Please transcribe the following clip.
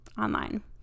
online